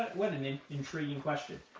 what an an intriguing question.